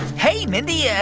hey, mindy. yeah